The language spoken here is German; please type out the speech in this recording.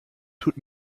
tut